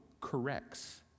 corrects